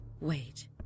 Wait